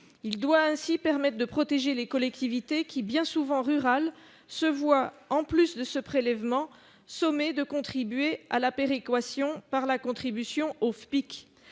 il doit ainsi permettent de protéger les collectivités qui bien souvent rurales se voit, en plus de ce prélèvement sommé de contribuer à la péréquation par la contribution au FPIC